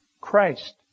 Christ